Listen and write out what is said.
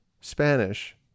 Spanish